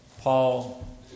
Paul